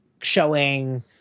showing